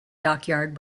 dockyard